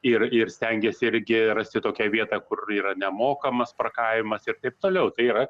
ir ir stengiasi irgi rasti tokią vietą kur yra nemokamas parkavimas ir taip toliau tai yra